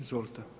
Izvolite.